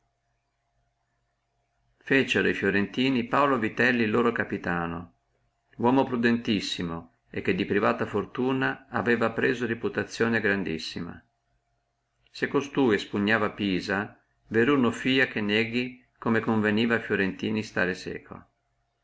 fa feciono fiorentini paulo vitelli loro capitano uomo prudentissimo e che di privata fortuna aveva presa grandissima reputazione se costui espugnava pisa veruno fia che nieghi come conveniva a fiorentini stare seco